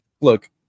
look